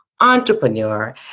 entrepreneur